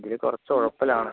ഇതിൽ കുറച്ച് ഉഴപ്പൽ ആണ്